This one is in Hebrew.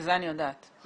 את זה אני יודעת דווקא.